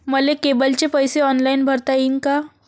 मले केबलचे पैसे ऑनलाईन भरता येईन का?